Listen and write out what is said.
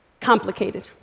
complicated